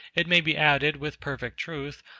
it may be added, with perfect truth,